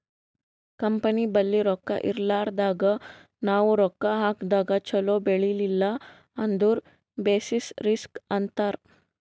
company ಬಲ್ಲಿ ರೊಕ್ಕಾ ಇರ್ಲಾರ್ದಾಗ್ ನಾವ್ ರೊಕ್ಕಾ ಹಾಕದಾಗ್ ಛಲೋ ಬೆಳಿಲಿಲ್ಲ ಅಂದುರ್ ಬೆಸಿಸ್ ರಿಸ್ಕ್ ಅಂತಾರ್